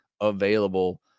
available